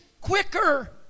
quicker